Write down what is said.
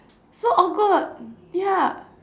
so awkward ya